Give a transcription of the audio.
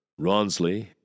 Ronsley